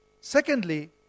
Secondly